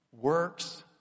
Works